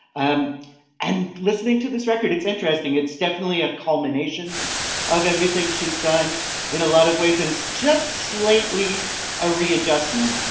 um and listening to this record it's interesting it's definitely a culmination of everything she's done in a lot of ways and it's just slightly a readjustment.